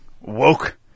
woke